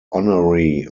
honorary